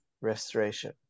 restoration